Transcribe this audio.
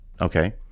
okay